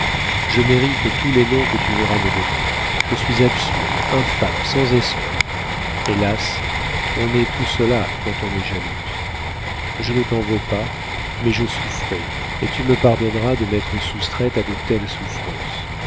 je mérite tous les noms que tu voudras me donner je suis absurde infâme sans esprit hélas on est tout cela quand on est jalouse je ne t'en veux pas mais je souffrais et tu me pardonneras de m'être soustraite à de telles souffrances